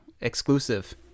Exclusive